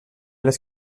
les